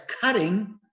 cutting